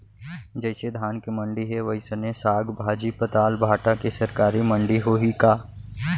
जइसे धान के मंडी हे, वइसने साग, भाजी, पताल, भाटा के सरकारी मंडी होही का?